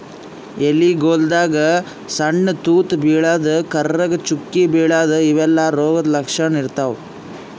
ಎಲಿಗೊಳ್ದಾಗ್ ಸಣ್ಣ್ ತೂತಾ ಬೀಳದು, ಕರ್ರಗ್ ಚುಕ್ಕಿ ಬೀಳದು ಇವೆಲ್ಲಾ ರೋಗದ್ ಲಕ್ಷಣ್ ಇರ್ತವ್